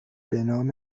بنام